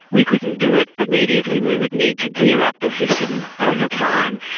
we couldn't do it immediately, we would need to gear up the system over time,